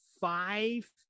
five